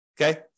okay